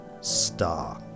star